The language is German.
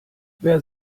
wer